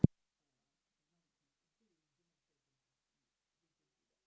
uh for now we can he said when we drink water we can press the mute we didn't do that